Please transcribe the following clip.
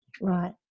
Right